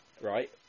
right